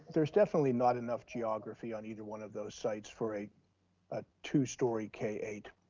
there's definitely not enough geography on either one of those sites for a ah two-story k eight.